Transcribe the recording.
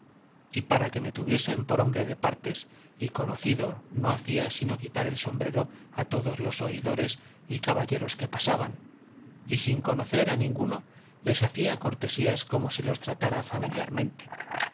y para que me tuviesen por hombre de partes y conocido no hacía sino quitar el sombrero a todos los oidores y caballeros que pasaban y sin conocer a ninguno les hacía cortesías como si los tratara familiarmente